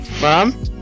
Mom